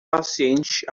paciente